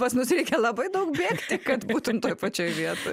pas mus reikia labai daug bėgti kad būtum toj pačioj vietoj